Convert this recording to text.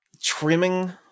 trimming